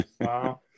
Wow